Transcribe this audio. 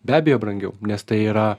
be abejo brangiau nes tai yra